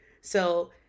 So-